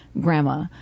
grandma